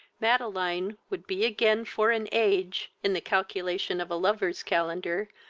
madeline would be again for an age, in the calculation of a lover's calendar,